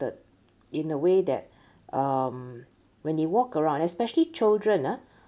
in a way that um when they walk around especially children ah